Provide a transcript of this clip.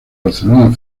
barcelona